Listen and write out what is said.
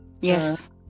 Yes